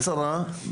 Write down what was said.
קצרה,